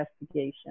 investigation